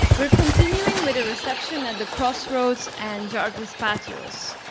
we are continuing with a reception at the crossroads and jarvis patios.